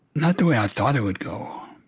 not the way i thought it would go,